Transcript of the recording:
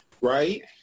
right